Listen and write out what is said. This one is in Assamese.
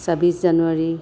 ছাব্বিছ জানুৱাৰী